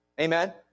Amen